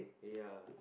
ya